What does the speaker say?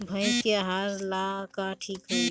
भइस के आहार ला का ठिक होई?